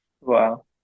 Wow